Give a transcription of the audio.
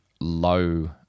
low